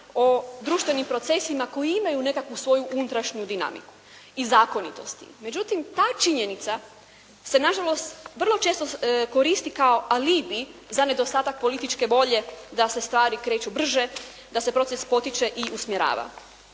o društvenim procesima koji imaju nekakvu svoju unutrašnju dinamiku i zakonitosti. Međutim, ta činjenica se na žalost vrlo često koristi kao alibi za nedostatak političke volje da se stvari kreću brže, da se proces potiče i usmjerava